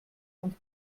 und